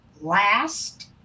last